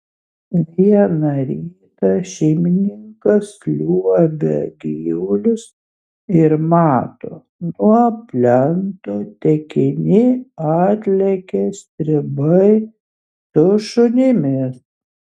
vieną rytą šeimininkas liuobia gyvulius ir mato nuo plento tekini atlekia stribai su šunimis